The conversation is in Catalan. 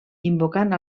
invocant